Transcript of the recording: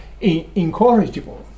incorrigible